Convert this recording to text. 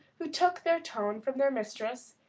who took their tone from their mistress,